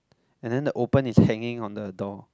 and then the open is hanging on the door